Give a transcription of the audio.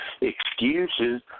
excuses